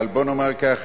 אבל בוא נאמר ככה,